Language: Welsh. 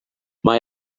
mae